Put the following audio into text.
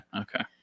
Okay